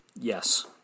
Yes